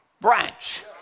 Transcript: branch